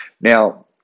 Now